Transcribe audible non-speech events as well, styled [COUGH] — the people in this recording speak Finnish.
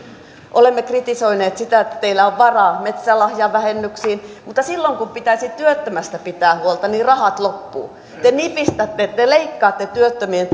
olemme kritisoineet sitä että teillä on varaa metsälahjavähennyksiin mutta silloin kun pitäisi työttömästä pitää huolta rahat loppuvat te nipistätte te leikkaatte työttömien [UNINTELLIGIBLE]